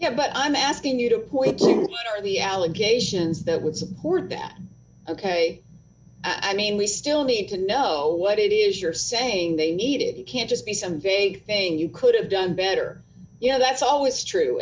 here but i'm asking you to point to the allegations that would support that ok i mean we still need to know what it is you're saying they need it can't just be some vague thing you could have done better you know that's always true